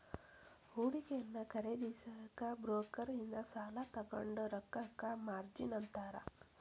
ಹೂಡಿಕೆಯನ್ನ ಖರೇದಿಸಕ ಬ್ರೋಕರ್ ಇಂದ ಸಾಲಾ ತೊಗೊಂಡ್ ರೊಕ್ಕಕ್ಕ ಮಾರ್ಜಿನ್ ಅಂತಾರ